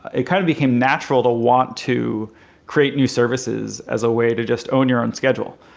it kind of became natural to want to create new services as a way to just own your own schedule.